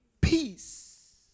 peace